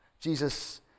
Jesus